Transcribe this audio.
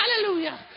Hallelujah